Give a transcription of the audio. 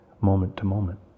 moment-to-moment